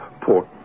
port